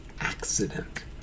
accident